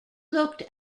looked